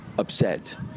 upset